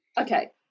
Okay